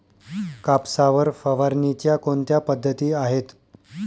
कापसावर फवारणीच्या कोणत्या पद्धती आहेत?